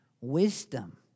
wisdom